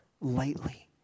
lightly